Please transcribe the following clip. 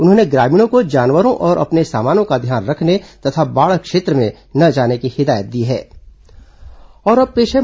उन्होंने ग्रामीणों को जानवरों और अपने सामानों का ध्यान रखने तथा बाढ़ क्षेत्र में न जाने की हिदायत दी है